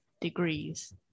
degrees